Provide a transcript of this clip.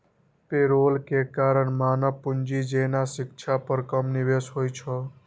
payroll के कारण मानव पूंजी जेना शिक्षा पर कम निवेश होइ छै